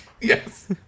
Yes